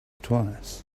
twice